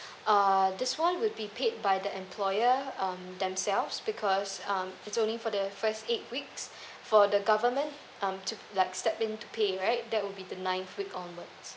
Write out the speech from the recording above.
uh this one will be paid by the employer um themselves because um it's only for the first eight weeks for the government um to like step in to pay right there will be the ninth week onwards